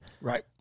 Right